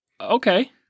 Okay